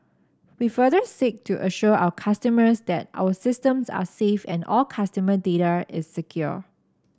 we further seek to assure our customers that our systems are safe and all customer data is secure